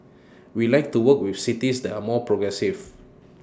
we like to work with cities that are more progressive